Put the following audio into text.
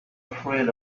afraid